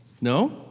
No